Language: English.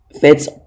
fits